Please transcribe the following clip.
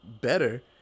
better